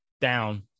down